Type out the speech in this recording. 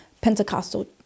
Pentecostal